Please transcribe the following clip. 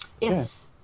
Yes